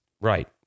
right